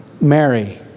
Mary